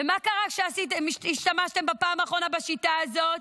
ומה קרה כשהשתמשתם בפעם האחרונה בשיטה הזאת?